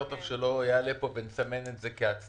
יותר טוב שלא יעלה פה ונסמן את זה כהצלחה.